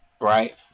right